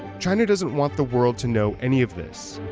china doesn't want the world to know any of this.